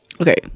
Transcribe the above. Okay